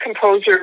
composer